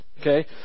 Okay